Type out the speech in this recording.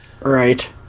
right